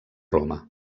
roma